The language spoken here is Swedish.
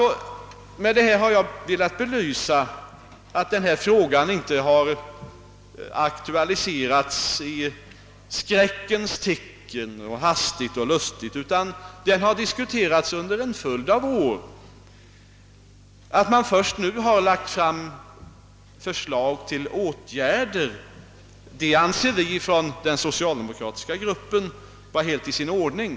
Med det sagda har jag velat belysa att denna fråga inte aktualiserats helt hastigt i skräckens tecken utan att den diskuterats under en följd av år. Att förslag till åtgärder framlagts först nu anser vi inom den socialdemokratiska gruppen vara helt i sin ordning.